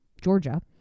Georgia